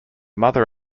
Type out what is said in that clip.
mother